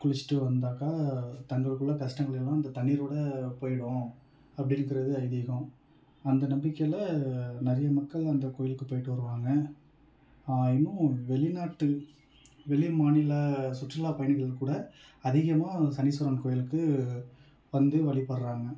குளிச்சிட்டு வந்தாக்கால் தங்களுக்குள்ளே கஷ்டங்கள் எல்லாம் அந்த தண்ணீரோடு போய்விடும் அப்படிங்கிறது ஐதீகம் அந்த நம்பிக்கையில் நிறைய மக்கள் அந்த கோயிலுக்கு போய்விட்டு வருவாங்க இன்னும் வெளிநாட்டு வெளி மாநில சுற்றுலா பயணிகள் கூட அதிகமாக சனீஸ்வரன் கோயிலுக்கு வந்து வழிபட்றாங்க